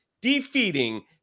defeating